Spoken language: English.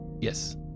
Yes